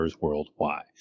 worldwide